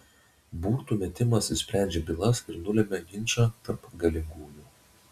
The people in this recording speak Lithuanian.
burtų metimas išsprendžia bylas ir nulemia ginčą tarp galingųjų